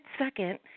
second